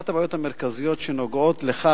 אחת הבעיות המרכזיות שנוגעות לכך,